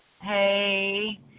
Hey